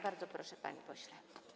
Bardzo proszę, panie pośle.